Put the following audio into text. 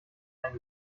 eine